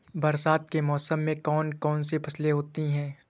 बरसात के मौसम में कौन कौन सी फसलें होती हैं?